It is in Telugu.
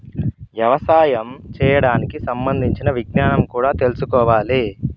యవసాయం చేయడానికి సంబంధించిన విజ్ఞానం కూడా తెల్సుకోవాలి